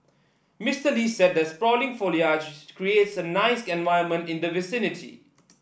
Mister Lee said the sprawling foliage creates a nice environment in the vicinity